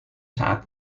saat